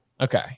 Okay